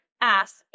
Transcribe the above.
Ask